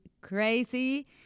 crazy